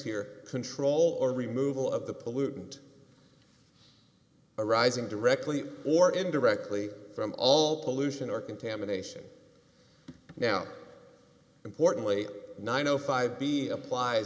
here control or remove all of the pollutant arising directly or indirectly from all pollution or contamination now importantly nine o five b applie